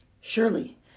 Surely